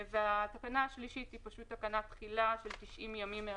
התקנה השלישית היא תקנת תחילה של 90 ימים,